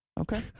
Okay